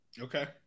Okay